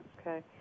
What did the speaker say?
Okay